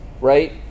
right